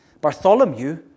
Bartholomew